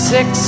Six